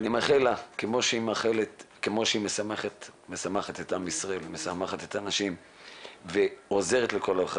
כמו שהיא משמחת את עם ישראל ומשמחת את האנשים ועוזרת לכל אחד,